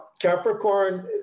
Capricorn